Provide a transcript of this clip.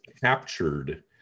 captured